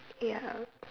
ya